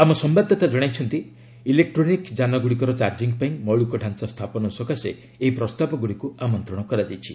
ଆମ ସମ୍ବାଦଦାତା ଜଣାଇଛନ୍ତି ଇଲେକ୍ଟ୍ରୋନିକ୍ ଯାନଗୁଡ଼ିକର ଚାର୍କିଂ ପାଇଁ ମୌଳିକ ଡ଼ାଞ୍ଚା ସ୍ଥାପନ ସକାଶେ ଏହି ପ୍ରସ୍ତାବଗୁଡ଼ିକୁ ଆମନ୍ତ୍ରଣ କରାଯାଇଛି